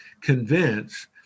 convince